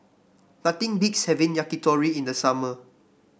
nothing beats having Yakitori in the summer